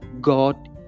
God